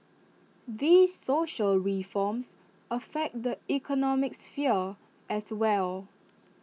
these social reforms affect the economic sphere as well